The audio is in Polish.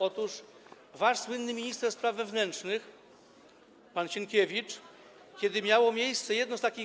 Otóż wasz słynny minister spraw wewnętrznych pan Sienkiewicz, kiedy miało miejsce jedno z takich.